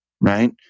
right